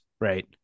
Right